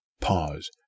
pause